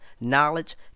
knowledge